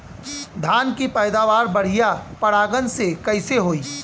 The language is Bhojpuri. धान की पैदावार बढ़िया परागण से कईसे होई?